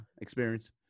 experience